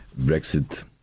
Brexit